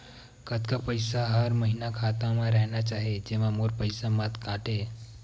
कतका पईसा हर महीना खाता मा रहिना चाही जेमा मोर पईसा मत काटे?